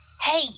Hey